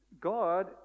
god